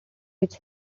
which